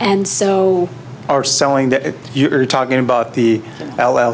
and so are selling that you are talking about the l